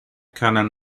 canon